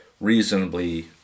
reasonably